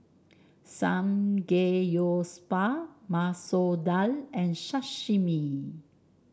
Samgeyopsal Masoor Dal and Sashimi